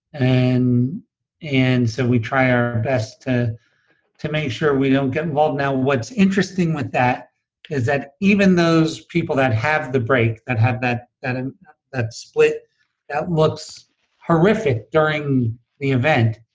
and and so we try our best to to make sure we don't get involved. now what's interesting with that is that even those people that have the break, that have that and and that split that looks horrific during the event,